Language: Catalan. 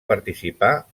participar